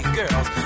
girls